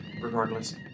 regardless